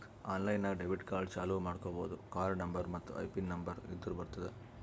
online ನಾಗ್ debit card ಚಾಲೂ ಮಾಡ್ಕೋಬೋದು ಕಾರ್ಡ ನಂಬರ್ ಮತ್ತ್ ಐಪಿನ್ ನಂಬರ್ ಇದ್ದುರ್ ಬರ್ತುದ್